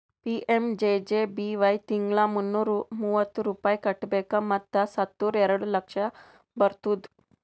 PMJJBY ತಿಂಗಳಾ ಮುನ್ನೂರಾ ಮೂವತ್ತು ರೂಪಾಯಿ ಕಟ್ಬೇಕ್ ಮತ್ ಸತ್ತುರ್ ಎರಡ ಲಕ್ಷ ಬರ್ತುದ್